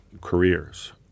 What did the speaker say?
careers